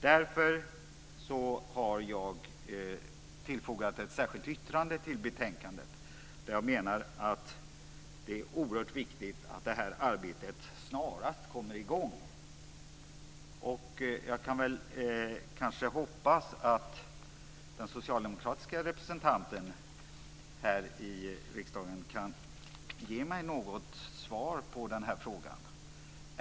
Därför har jag fogat ett särskilt yttrande till betänkandet där jag menar att det är oerhört viktigt att det här arbetet snarast kommer i gång. Jag kan kanske hoppas att den socialdemokratiska representanten här i kammaren kan ge mig något svar på den här frågan.